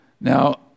Now